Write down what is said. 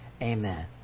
Amen